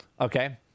Okay